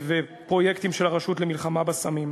ופרויקטים של הרשות למלחמה בסמים.